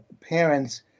parents